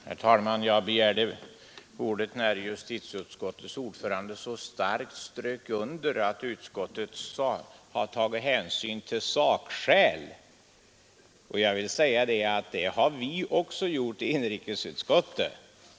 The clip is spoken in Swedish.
Herr talman! Jag begärde ordet när justitieutskottets ordförande så starkt strök under att utskottet har tagit hänsyn till sakskäl. Det har vi också gjort i inrikesutskottet.